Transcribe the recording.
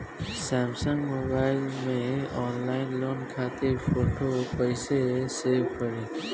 Samsung mobile में online loan खातिर photo कैसे सेभ करीं?